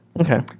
Okay